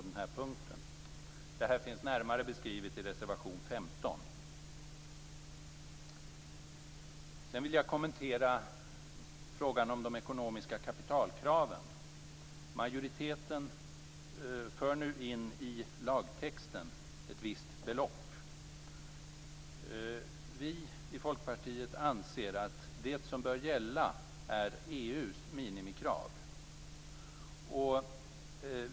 Detta finns närmare beskrivet i reservation 15. Sedan vill jag kommentera frågan om de ekonomiska kapitalkraven. Majoriteten för nu in i lagtexten ett visst belopp. Vi i Folkpartiet anser att det som bör gälla är EU:s minimikrav.